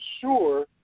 sure